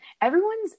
everyone's